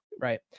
Right